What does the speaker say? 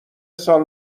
سال